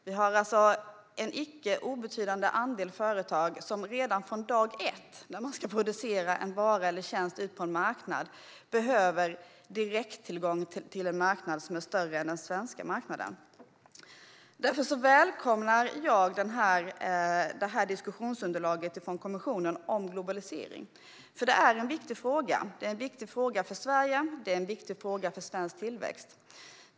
Vi har alltså en icke obetydlig andel företag som redan från dag ett, när de ska producera en vara eller tjänst som ska ut på en marknad, behöver direkttillgång till en större marknad än den svenska. Därför välkomnar jag diskussionsunderlaget från kommissionen om globalisering. Det är en viktig fråga, för Sverige och för svensk tillväxt.